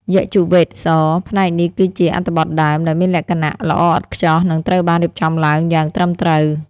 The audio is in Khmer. យជុវ៌េទ-ស ផ្នែកនេះគឺជា អត្ថបទដើម ដែលមានលក្ខណៈល្អឥតខ្ចោះ និងត្រូវបានរៀបចំឡើងយ៉ាងត្រឹមត្រូវ។